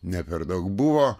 ne per daug buvo